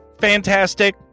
Fantastic